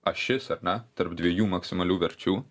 ašis ar ne tarp dviejų maksimalių verčių